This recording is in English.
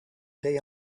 day